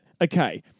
okay